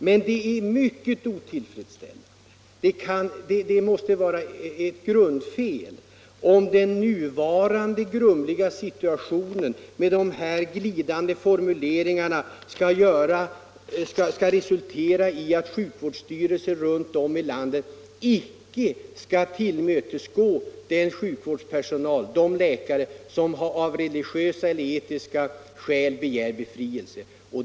Men det är mycket otillfredsställande, om den nuvarande grumliga situationen som uppstått genom glidande formuleringar och tolkningar skall resultera i att sjukvårdsstyrelser runt om i landet icke tillmötesgår den personal som av religiösa eller etiska skäl begär befrielse.